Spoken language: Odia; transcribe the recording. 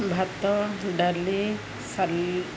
ଭାତ ଡାଲି ସାଲ